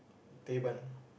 Teban